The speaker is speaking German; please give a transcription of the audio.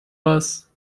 was